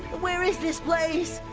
where is this place?